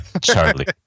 Charlie